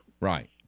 Right